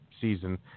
season